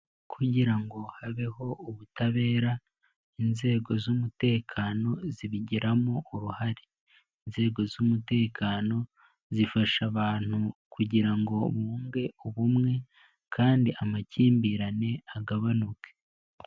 kugira ngo habeho ubutabera, inzego z'umutekano zibigiramo uruhare, inzego z'umutekano zifasha abantu kugira ngo bunge ubumwe, kandi amakimbirane agabanuke.